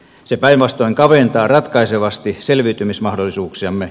se päinvastoin kaventaa ratkaisevasti selviytymismahdollisuuksiamme